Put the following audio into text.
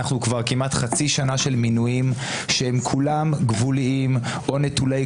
אנו כבר כמעט חצי שנה של מינויים שכולם גבוליים או נטולי